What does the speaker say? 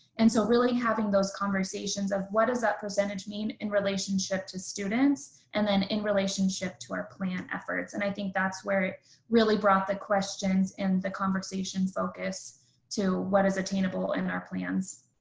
and so really having those conversations of what does that percentage mean in relationship to students? and then in relationship to our plan efforts. and i think that's where it really brought the questions in the conversation focus to what is attainable in our plans?